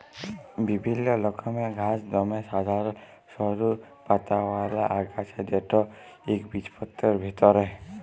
বিভিল্ল্য রকমের ঘাঁস দমে সাধারল সরু পাতাআওলা আগাছা যেট ইকবিজপত্রের ভিতরে